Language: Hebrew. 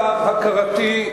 למיטב הכרתי,